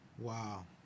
Wow